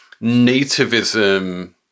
nativism